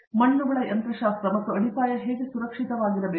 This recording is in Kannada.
ಮಣ್ಣುಗಳ ಯಂತ್ರಶಾಸ್ತ್ರ ಮತ್ತು ಅಡಿಪಾಯ ಹೇಗೆ ಸುರಕ್ಷಿತವಾಗಿರಬೇಕು